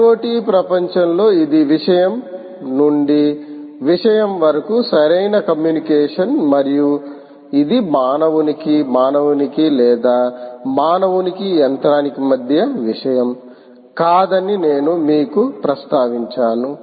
IOT ప్రపంచంలో ఇది విషయం నుండి విషయం వరకు సరైన కమ్యూనికేషన్ మరియు ఇది మానవునికి మానవునికి లేదా మానవునికి యంత్రానికి మధ్య విషయం కాదని నేను మీకు ప్రస్తావించాను